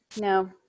no